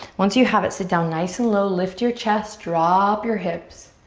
once you have it sit down nice and low. lift your chest, drop your hips.